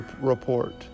report